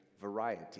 variety